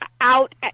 out